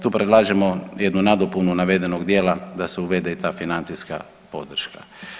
Tu predlažemo jednu nadopunu navedenog dijela da se uvede i ta financijska podrška.